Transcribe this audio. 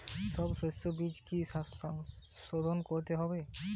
সব শষ্যবীজ কি সোধন করতে হবে?